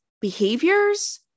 behaviors